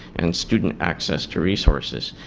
and student access to resources.